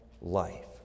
life